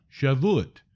Shavuot